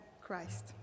Christ